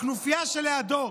הכנופיה שלידו,